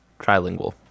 Trilingual